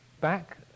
back